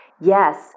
Yes